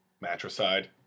matricide